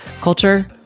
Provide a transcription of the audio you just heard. culture